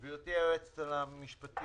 גברתי היועצת המשפטית,